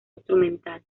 instrumental